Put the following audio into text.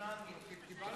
שוכנענו, קיבלנו את הצעתך.